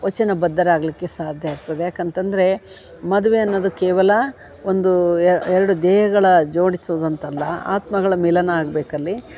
ವಚನ ಬದ್ಧರಾಗಲಿಕ್ಕೆ ಸಾಧ್ಯ ಆಗ್ತದೆ ಯಾಕಂತಂದರೆ ಮದುವೆ ಅನ್ನೋದು ಕೇವಲ ಒಂದು ಎರಡು ದೇಹಗಳ ಜೋಡಿಸುದಂತಲ್ಲ ಆತ್ಮಗಳ ಮಿಲನ ಆಗಬೇಕಲ್ಲಿ